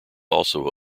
also